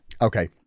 Okay